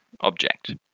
object